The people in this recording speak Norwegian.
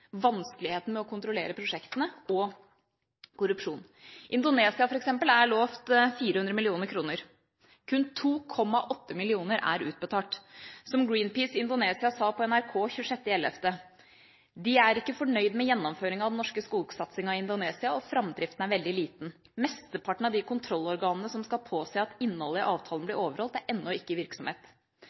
vanskeligheten med å kontrollere prosjektene, og korrupsjon. Indonesia, f.eks., er lovet 400 mill. kr. Kun 2,8 mill. kr er utbetalt. Greenpeace Indonesia sa på NRK den 26. november at de ikke er fornøyd med gjennomføringen av den norske skogsatsingen i Indonesia, og at framdriften er veldig liten. Mesteparten av de kontrollorganene som skal påse at innholdet i avtalen blir overholdt, er ennå ikke i virksomhet.